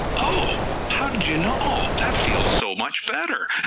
oh, how did you know, that feel so much better,